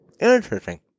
Interesting